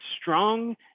strong